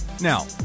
now